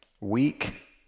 weak